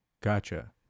Gotcha